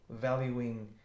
valuing